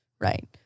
right